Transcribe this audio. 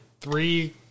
three